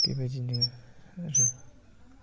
बेबायदिनो आरो